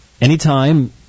Anytime